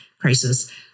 crisis